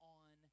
on